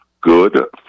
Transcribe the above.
good